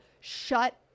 Shut